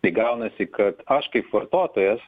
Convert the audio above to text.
tai gaunasi kad aš kaip vartotojas